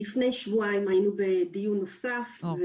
לפני שבועיים היינו בדיון נוסף.